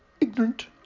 ignorant